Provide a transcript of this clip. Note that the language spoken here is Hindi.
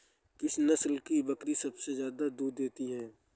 किस नस्ल की बकरी सबसे ज्यादा दूध देती है?